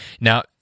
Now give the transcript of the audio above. now